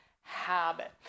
habit